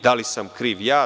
Da li sam kriv ja?